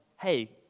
hey